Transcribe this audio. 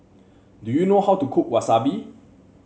do you know how to cook Wasabi